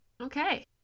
okay